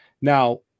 Now